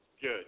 Good